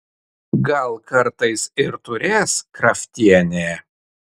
gal kartais ir turės kraftienė